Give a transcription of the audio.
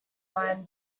line